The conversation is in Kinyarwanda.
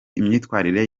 imyitwarire